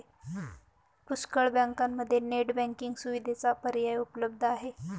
पुष्कळ बँकांमध्ये net banking सुविधेचा पर्याय उपलब्ध आहे